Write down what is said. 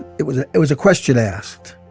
it was it was a question asked.